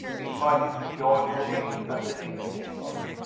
be invited to join romayne at the dinner-table.